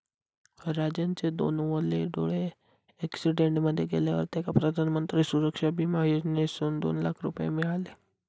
राजनचे दोनवले डोळे अॅक्सिडेंट मध्ये गेल्यावर तेका प्रधानमंत्री सुरक्षा बिमा योजनेसून दोन लाख रुपये मिळाले